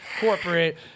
corporate